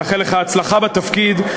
מאחל לך הצלחה בתפקיד,